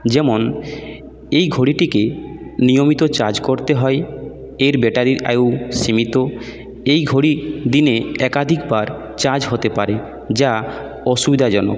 যেমন এই ঘড়িটিকে নিয়মিত চার্জ করতে হয় এর ব্যাটারির আয়ু সীমিত এই ঘড়ি দিনে একাধিক বার চার্জ হতে পারে যা অসুবিধাজনক